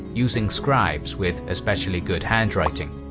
using scribes with especially good handwriting.